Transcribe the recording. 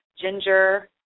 ginger